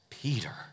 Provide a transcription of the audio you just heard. Peter